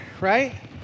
Right